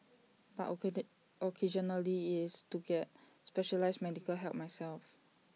but occasionally is to get specialised medical help myself